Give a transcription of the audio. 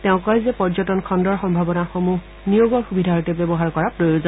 তেওঁ কয় যে পৰ্যটন খণুৰ সভাৱনাসমূহ নিয়োগৰ সুবিধাৰ্থে ব্যৱহাৰ কৰা প্ৰয়োজন